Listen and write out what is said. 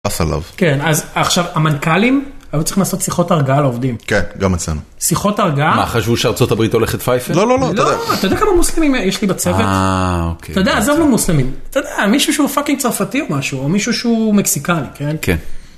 כן אז עכשיו המנכ״לים היו צריכים לעשות שיחות הרגעה לעובדים, כן גם אצלנו, שיחות הרגעה, מה חשבו שארה״ב הולכת פייפן, לא לא לא, אתה יודע כמה מוסלמים יש לי בצוות, אה אוקיי, אתה יודע עזבנו מוסלמים, אתה יודע מישהו שהוא פאקינג צרפתי או משהו, או מישהו שהוא מקסיקני כן, כן.